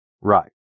Right